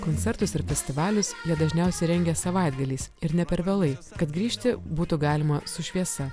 koncertus ir festivalius jie dažniausiai rengia savaitgaliais ir ne per vėlai kad grįžti būtų galima su šviesa